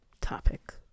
topic